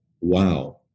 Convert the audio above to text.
wow